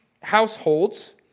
households